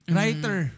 Writer